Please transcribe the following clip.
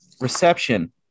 reception